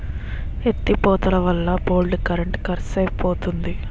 ఎత్తి పోతలవల్ల బోల్డు కరెంట్ కరుసైపోతంది